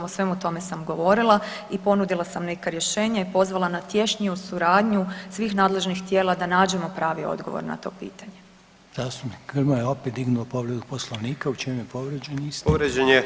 O svemu tome sam govorila i ponudila sam neka rješenja i pozvala na tješniju suradnju svih nadležnih tijela da nađemo pravi odgovor na to pitanje.